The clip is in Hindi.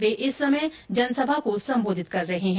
वे इस समय जनसभा को सम्बोधित कर रहे है